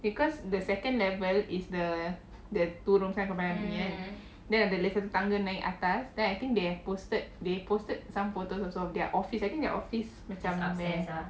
because the second level is the turun barang punya kan then tangga naik atas then I think they have posted they posted some photos also of their office I think their office macam